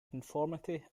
conformity